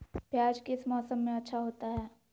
प्याज किस मौसम में अच्छा होता है?